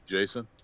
Jason